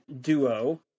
duo